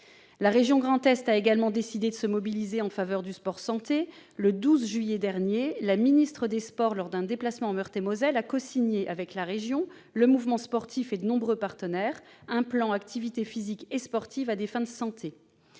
La région Grand Est a également décidé de se mobiliser en faveur du sport-santé. Le 12 juillet dernier, la ministre des sports, lors d'un déplacement en Meurthe-et-Moselle, a cosigné avec la région, le mouvement sportif et de nombreux partenaires un plan Activités physiques et sportives aux fins de santé.